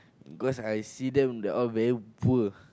cause I see them they all very poor